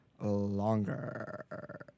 longer